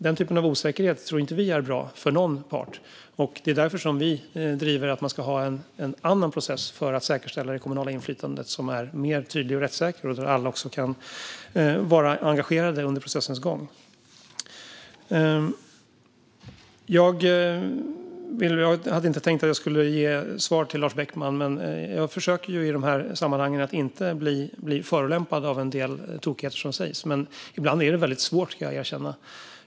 Denna typ av osäkerhet tror inte vi är bra för någon part, och det är därför som vi driver att man ska ha en annan process för att säkerställa det kommunala inflytandet som är mer tydlig och rättssäker och där alla också kan vara engagerade under processens gång. Jag hade inte tänkt att jag skulle ge svar till Lars Beckman. Jag försöker i dessa sammanhang att inte bli förolämpad av en del tokigheter som sägs, men jag ska erkänna att det ibland är väldigt svårt.